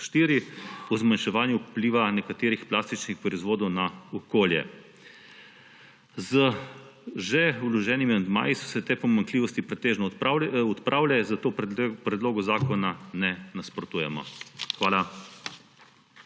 o zmanjševanju vpliva nekaterih plastičnih proizvodov na okolje. Z že vloženimi amandmaji so se te pomanjkljivosti pretežno odpravile, zato predlogu zakona ne nasprotujemo. Hvala.